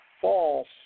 false